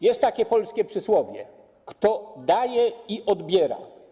Jest takie polskie przysłowie: kto daje i odbiera.